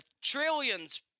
trillions